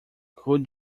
could